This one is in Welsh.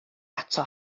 ato